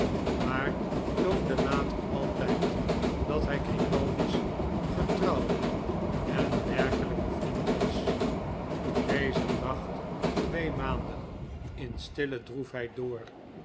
maar toonde later altijd dat hij grimaldi's getrouwe en werkelijke vriend was deze bracht twee maanden in stille droefheid door